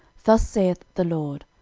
thus saith the lord,